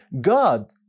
God